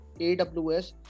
aws